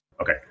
Okay